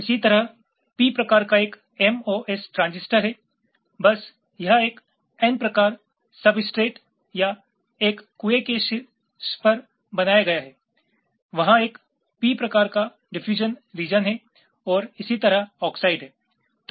इसी तरह p प्रकार का एमओएस ट्रांजिस्टर है बस यह एक n प्रकार सब्सट्रेट या एक कुएं के शीर्ष पर बनाया गया है वहां एक p प्रकार का डिफयूजन रिजन और इसी तरह ऑक्साइड है